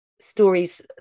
Stories